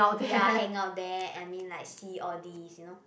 ya hang out there I mean like see all these you know